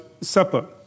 Supper